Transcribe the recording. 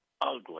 ugly